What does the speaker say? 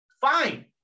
fine